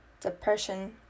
depression